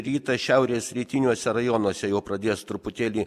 rytą šiaurės rytiniuose rajonuose jau pradės truputėlį